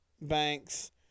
Banks